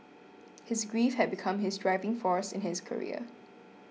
his grief had become his driving force in his career